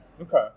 Okay